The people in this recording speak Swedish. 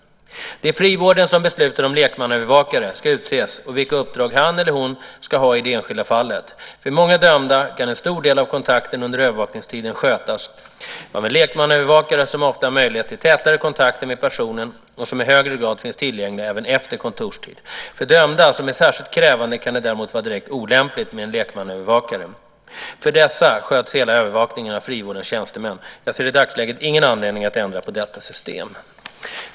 Det är frivården som beslutar om lekmannaövervakare ska utses och vilka uppdrag han eller hon ska ha i det enskilda fallet. För många dömda kan en stor del av kontakten under övervakningstiden skötas av en lekmannaövervakare som ofta har möjlighet till tätare kontakter med personen och som i högre grad finns tillgänglig även efter kontorstid. För dömda som är särskilt krävande kan det däremot vara direkt olämpligt med en lekmannaövervakare. För dessa sköts hela övervakningen av frivårdens tjänstemän. Jag ser i dagsläget ingen anledning att ändra på detta system.